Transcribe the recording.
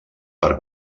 per